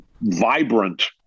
vibrant